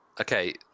okay